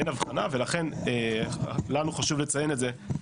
ולכן לנו חשוב לציין את זה.